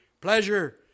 pleasure